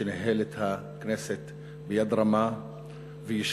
שניהל את הכנסת ביד רמה וישרה,